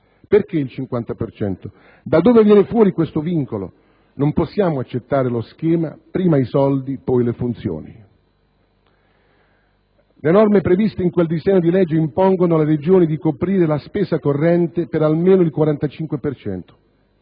Perché il 50 per cento? Da dove viene fuori questo vincolo? Non possiamo accettare lo schema: prima i soldi, poi le funzioni. Le norme previste in quel disegno di legge impongono alle Regioni di coprire la spesa corrente per almeno il 45